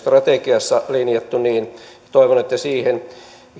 strategiassa linjattu niin toivon että siihen